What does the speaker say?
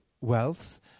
wealth